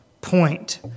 point